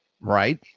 right